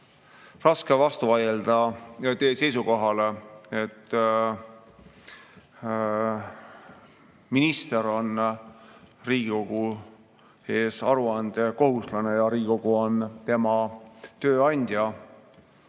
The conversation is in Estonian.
raske vastu vaielda teie seisukohale, et minister on Riigikogu ees aruandekohuslane ja Riigikogu on tema tööandja.